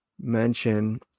mention